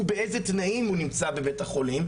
ובאיזה תנאים הוא נמצא בבית-החולים,